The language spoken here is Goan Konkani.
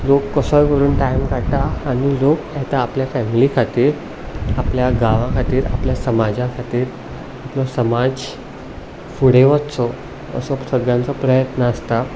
लोक कसोय करून टायम काडटा आनी लोक येता आपल्या फेमिली खातीर आपल्या गांवा खातीर आपल्या समाजा खातीर आपलो समाज फुडें वचचो असो सगळ्यांचो प्रयत्न आसता